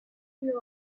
few